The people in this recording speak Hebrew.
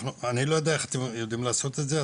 אני לא יודע איך אתם יודעים לעשות את זה,